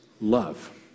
love